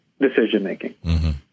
decision-making